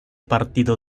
partido